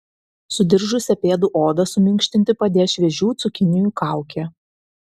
sudiržusią pėdų odą suminkštinti padės šviežių cukinijų kaukė